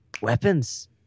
weapons